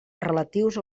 relatius